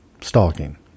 stalking